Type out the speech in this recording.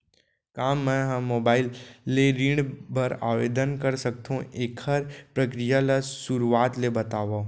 का मैं ह मोबाइल ले ऋण बर आवेदन कर सकथो, एखर प्रक्रिया ला शुरुआत ले बतावव?